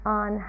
on